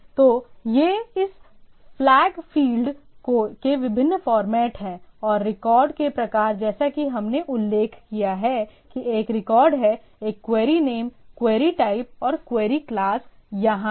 तो ये इस फ्लैट फील्ड के विभिन्न फॉर्मेट हैं और रिकॉर्ड के प्रकार जैसा कि हमने उल्लेख किया है कि एक रिकॉर्ड है एक क्वेरी नेम क्वेरी टाइप और क्वेरी क्लास यहां है